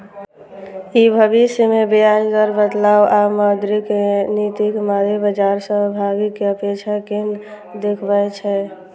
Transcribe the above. ई भविष्य मे ब्याज दर बदलाव आ मौद्रिक नीतिक मादे बाजार सहभागीक अपेक्षा कें देखबै छै